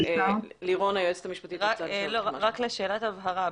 שאלת הבהרה,